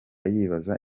yibaza